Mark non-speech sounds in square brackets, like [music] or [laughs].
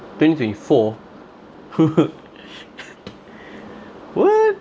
twenty twenty four [laughs] what